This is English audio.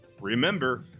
Remember